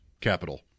capital